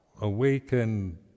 awaken